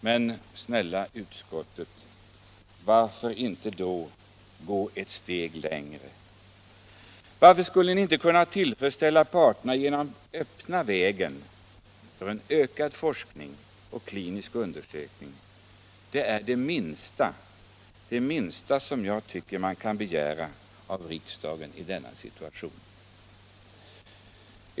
Men, snälla utskottet, varför då inte gå ett steg längre? Varför skulle vi inte kunna tillfredsställa parterna genom att öppna vägen för en ökad forskning och en ny undersökning? Det är det minsta som jag tycker man kan begära av riksdagen i denna situation.